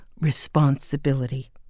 responsibility